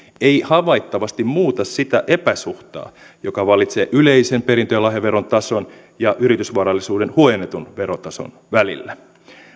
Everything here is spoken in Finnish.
ei havaittavasti muuta sitä epäsuhtaa joka vallitsee yleisen perintö ja lahjaveron tason ja yritysvarallisuuden huojennetun verotason välillä